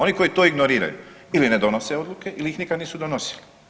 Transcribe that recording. Oni koji to ignoriraju ili ne donose odluke ili ih nikada nisu donosili.